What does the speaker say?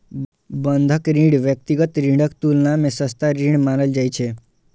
बंधक ऋण व्यक्तिगत ऋणक तुलना मे सस्ता ऋण मानल जाइ छै